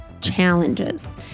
challenges